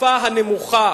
בשפה הנמוכה